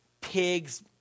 pigs